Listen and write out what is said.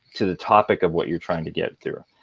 to the topic of what you're trying to get through.